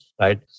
right